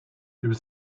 was